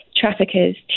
traffickers